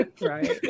Right